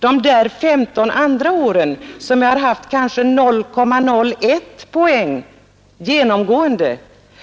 De 15 andra åren, då han har haft kanske 0,01 poäng genomgående,